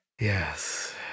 Yes